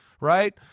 right